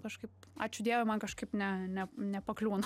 kažkaip ačiū dievui man kažkaip ne ne nepakliūna